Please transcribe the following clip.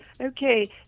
okay